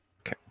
Okay